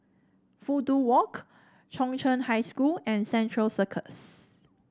Fudu Walk Chung Cheng High School and Central Circus